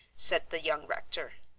said the young rector.